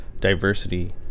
diversity